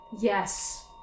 Yes